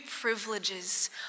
privileges